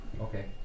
okay